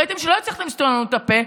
ראיתם שלא הצלחתם לסתום לנו את הפה,